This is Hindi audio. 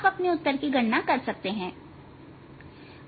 आप अपने उत्तर की गणना कर सकते हैं